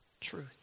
Truth